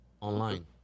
online